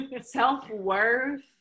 Self-worth